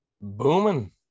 Booming